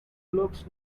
looks